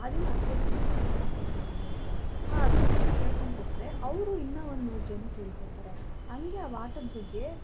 ಅದನ್ನು ಹತ್ತು ಜನಕ್ಕೆ ಹೇಳ್ಕೊಂಕೊಡ್ಬೇಕಾಗಿರುತ್ತೆ ಆ ಹತ್ತು ಜನಕ್ಕೆ ಹೇಳ್ಕೊಂಕೊಟ್ರೆ ಅವರು ಇನ್ನೂ ಒಂದು ನೂರು ಜನಕ್ಕೆ ಹೇಳ್ಕೊಡ್ತಾರೆ ಹಾಗೆ ಆ ಆಟದ ಬಗ್ಗೆ